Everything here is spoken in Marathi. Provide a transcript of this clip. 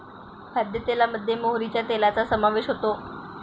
खाद्यतेलामध्ये मोहरीच्या तेलाचा समावेश होतो